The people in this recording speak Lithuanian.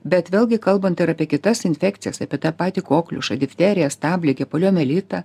bet vėlgi kalbant ir apie kitas infekcijas apie tą patį kokliušą difteriją stabligę poliomielitą